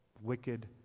Wicked